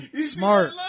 smart